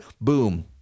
Boom